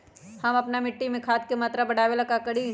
हम अपना मिट्टी में खाद के मात्रा बढ़ा वे ला का करी?